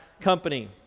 company